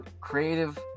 creative